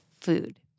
food